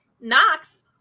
Knox